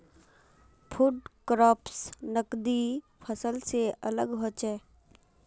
food crops नगदी फसल से अलग होचे